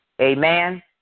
Amen